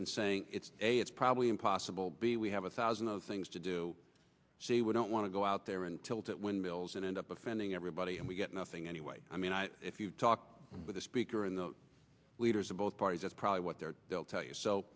and saying it's a it's probably impossible b we have a thousand other things to do see we don't want to go out there and tilt at windmills and end up offending everybody and we get nothing anyway i mean if you talk with the speaker and the leaders of both parties that's probably what they're they'll tell you so